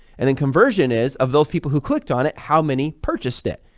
and then conversion is of those people who clicked on it, how many purchased it,